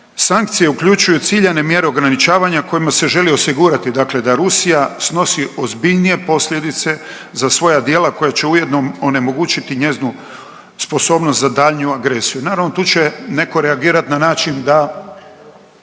Sankcije uključuju ciljane mjere ograničavanja kojima se želi osigurati dakle da Rusija snosi ozbiljnije posljedice za svoja djela koja će ujedno onemogućiti njezinu sposobnost za daljnju agresiju. Naravno tu će netko reagirati na način da